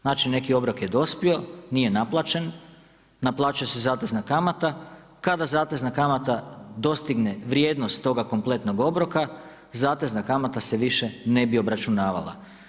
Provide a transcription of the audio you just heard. Znači neki obrok je dospio nije naplaćen, naplaćuje se zatezna kamata kada zatezna kamata dostigne vrijednost toga kompletnog obroka, zatezna kamata se više ne bi obračunavala.